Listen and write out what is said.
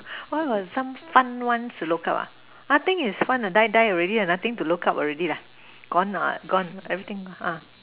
what are some fun ones to look up ah nothing is fun lah die die already ah nothing to look up already gone what gone everything gone ah